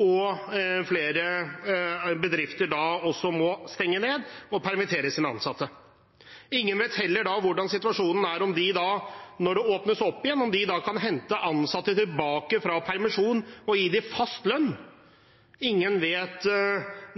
og permittere sine ansatte. Ingen vet heller hvordan situasjonen er når det åpnes opp igjen, om de kan hente de ansatte tilbake fra permisjon og gi dem fast lønn. Ingen vet